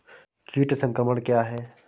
कीट संक्रमण क्या है?